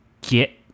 get